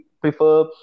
prefer